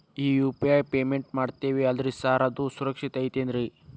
ಈ UPI payment ಮಾಡ್ತೇವಿ ಅಲ್ರಿ ಸಾರ್ ಅದು ಸುರಕ್ಷಿತ್ ಐತ್ ಏನ್ರಿ?